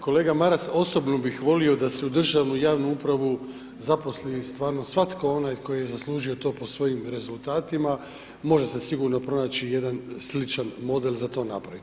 Kolega Maras, osobno bih volio da se u državnu i javnu upravu zaposli stvarno svatko onaj tko je zaslužio to po svojim rezultatima, može se sigurno pronaći, jedan sličan model za to napraviti.